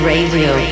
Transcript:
Radio